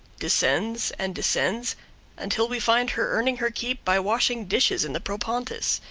descends and descends until we find her earning her keep by washing dishes in the propontis.